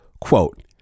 Quote